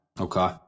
Okay